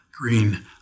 green